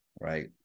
Right